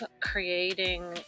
creating